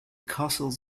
castles